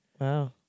Wow